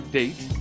date